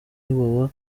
iwawa